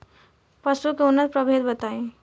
पशु के उन्नत प्रभेद बताई?